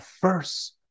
first